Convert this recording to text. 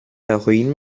heroin